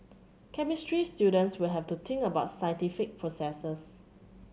chemistry students will have to think about scientific processes